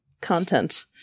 content